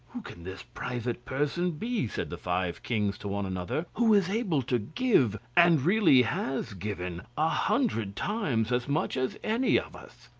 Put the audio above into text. who can this private person be, said the five kings to one another, who is able to give, and really has given, a hundred times as much as any of us?